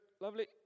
Lovely